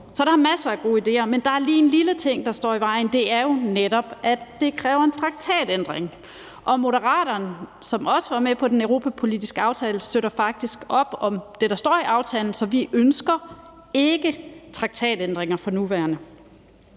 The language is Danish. Så der er masser af gode idéer, men der er lige en lille ting, der står i vejen, og det er jo netop, at det kræver en traktatændring, og Moderaterne, som også var med påden europapolitiske aftale, støtter faktisk op om det, der står i aftalen, så vi ønsker ikke traktatændringer for nuværende.